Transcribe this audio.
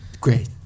Great